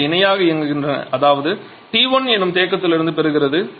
அவை இணையாக இயங்குகின்றன அதாவது இரண்டும் T1 எனும் தேக்கத்திலிருந்து பெறுகிறது